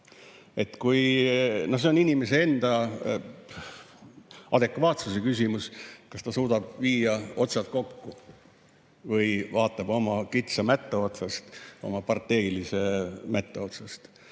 see on inimese enda adekvaatsuse küsimus, kas ta suudab viia otsad kokku või vaatab oma kitsa mätta otsast, oma parteilise mätta otsast.